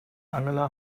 angela